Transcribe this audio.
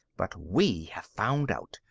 but we have found out.